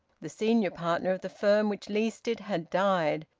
the senior partner of the firm which leased it had died,